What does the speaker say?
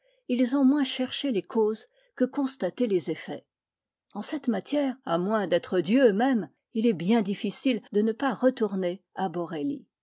ils ont moins cherché les causes que constaté les eflfets en cette matière à moins d'être dieu même il est bien difficile de ne pas retourner à borelli